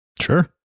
Sure